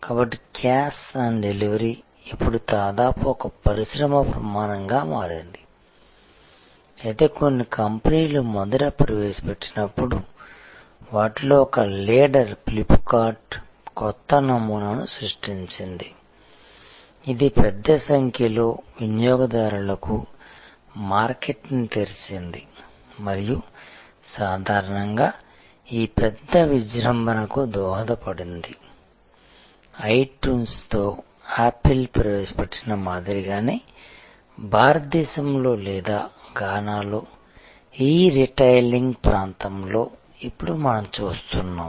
కాబట్టి cash on delivery ఇప్పుడు దాదాపు ఒక పరిశ్రమ ప్రమాణంగా మారింది అయితే కొన్ని కంపెనీలు మొదట ప్రవేశపెట్టినప్పుడు వాటిలో ఒక లీడర్ ఫ్లిప్ కార్ట్ కొత్త నమూనాను సృష్టించింది ఇది పెద్ద సంఖ్యలో వినియోగదారులకు మార్కెట్ని తెరిచింది మరియు సాధారణంగా ఈ పెద్ద విజృంభణకు దోహదపడింది ఐట్యూన్స్తో ఆపిల్ ప్రవేశపెట్టిన మాదిరిగానే భారతదేశంలో లేదా గానాలో ఇ రిటైలింగ్ ప్రాంతంలో ఇప్పుడు మనం చూస్తున్నాము